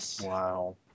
Wow